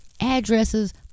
addresses